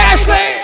Ashley